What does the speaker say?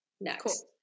next